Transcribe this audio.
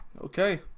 Okay